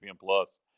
Plus